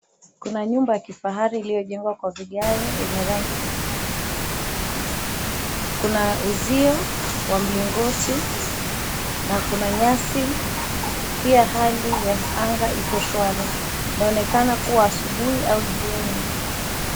Kuna nyumba ya kifahari iliyojengwa kwa vigae yenye rangi nyekundu. Kuna uzio wa mlingoti na kuna nyasi pia hali ya anga iko shwari inaonekana kuwa asubui au jioni.